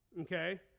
Okay